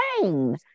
pain